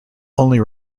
only